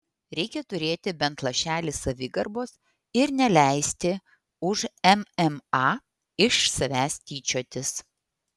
reikia turėti bent lašelį savigarbos ir neleisti už mma iš savęs tyčiotis